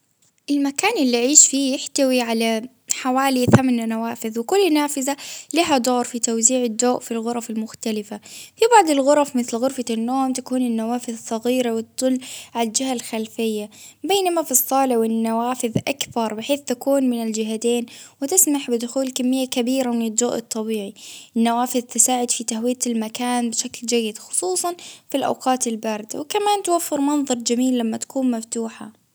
المكان اللي أعيش فيه يحتوي على حوالي ثمن نوافذ ،وكل نافذة لها دور في توزيع الضوء في الغرف المختلفة، في بعض الغرف مثل غرفة النوم تكون النوافذ صغيرة، وتطل على الجهة الخلفية، بينما في الصالة والنوافذ أكبر، بحيث تكون من الجهتين، وتسمح بدخول كمية كبيرة من الضوء الطبيعي، النوافذ تساعد في تهوية المكان بشكل جيد، خصوصا في أوقات البرد، وكمان توفر منظر جميل لما تكون مفتوحة.